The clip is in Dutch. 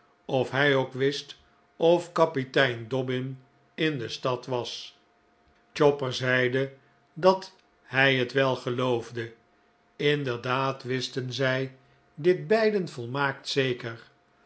of hij ook wist of kapitein dobbin in de stad was chopper zeide dat hij het wel geloofde inderdaad wisten zij dit beiden volmaakt zeker